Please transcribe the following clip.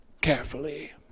carefully